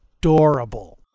adorable